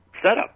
setup